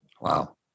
Wow